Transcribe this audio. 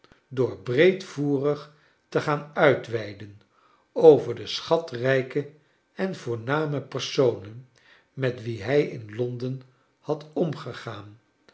door breedvoerig te gaan uitweiden over de schatrijke en voorname personen met wie hij in london had omgegaan